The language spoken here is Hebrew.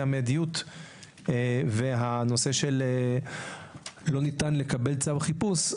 המידיות והנושא של לא ניתן לקבל צו חיפוש,